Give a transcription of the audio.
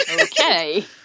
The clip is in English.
Okay